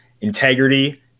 integrity